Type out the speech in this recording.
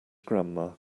grandma